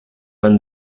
man